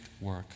work